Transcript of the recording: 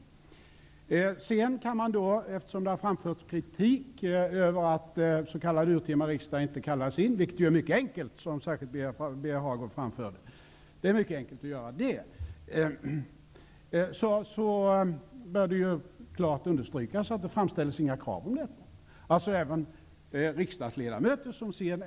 Det har framförts kritik mot att en urtima riksdag inte kallades in. Att kalla in en urtima riksdag är mycket enkelt, som Birger Hagård framförde. Det bör klart understrykas att några krav på detta aldrig framställdes.